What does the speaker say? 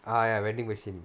ah ya vending machine